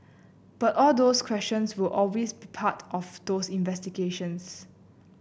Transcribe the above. but all those questions will always be part of those investigations